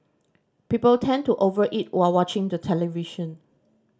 people tend to over eat while watching the television